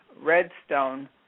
Redstone